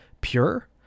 pure